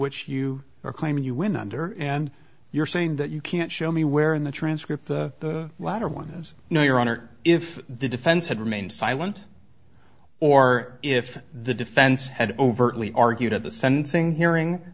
which you are claiming you win under and you're saying that you can't show me where in the transcript the latter one is no your honor if the defense had remained silent or if the defense had overtly argued at the sentencing hearing